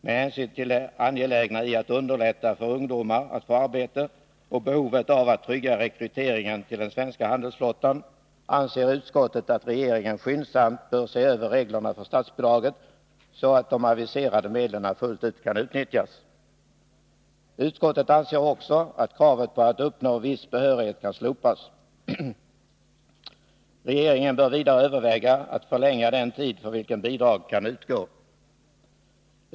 Med hänsyn till det angelägna i att underlätta för ungdomar att få arbete och behovet av att trygga rekryteringen till den svenska handelsflottan anser utskottet att regeringen skyndsamt bör se över reglerna för statsbidraget, så att de aviserade medlen fullt ut kan utnyttjas. Utskottet anser också att kravet på att uppnå viss behörighet kan slopas. Regeringen bör vidare överväga att förlänga den tid för vilken bidrag kan utgå.